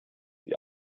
die